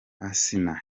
asnah